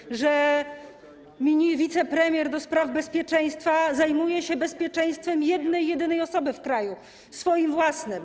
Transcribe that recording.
Wiemy, że wicepremier do spraw bezpieczeństwa zajmuje się bezpieczeństwem jednej jedynej osoby w kraju, swoim własnym.